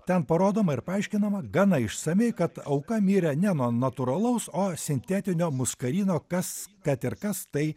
ten parodoma ir paaiškinama gana išsamiai kad auka mirė ne nuo natūralaus o sintetinio muskarino kas kad ir kas tai